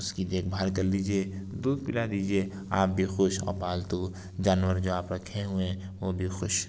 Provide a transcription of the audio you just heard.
اس کی دیکھ بھال کر لیجیے دودھ پلا دیجیے آپ بھی خوش اور پالتو جانور جو آپ رکھے ہوئے ہیں وہ بھی خوش